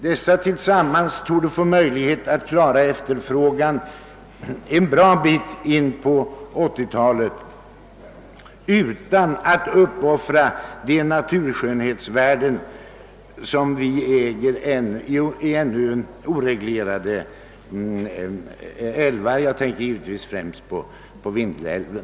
Dessa tillsammans torde kunna klara efterfrågan en bra bit in på 1980-talet utan att uppoffra de naturskönhetsvärden som vi äger i ännu oreglerade älvar — jag tänker givetvis främst på Vindelälven.